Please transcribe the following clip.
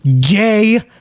Gay